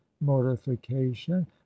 mortification